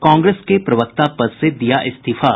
कांग्रेस के प्रवक्ता पद से दिया इस्तीफा